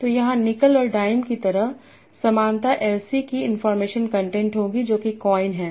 तो यहाँ निकल और डाइम की तरह समानता एल सी की इनफार्मेशन कंटेंट होगी जो कि कॉइन है